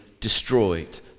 destroyed